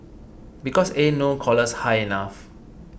because ain't no collars high enough